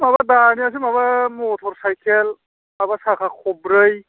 माबा दानियासो माबा मटर साइकेल माबा साखा खबब्रै